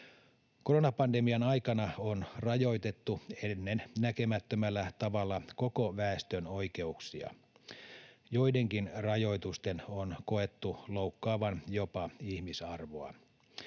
Koronapandemian aikana on rajoitettu ennennäkemättömällä tavalla koko väestön oikeuksia. Joidenkin rajoitusten on koettu loukkaavan jopa ihmisarvoa.